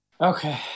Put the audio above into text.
Okay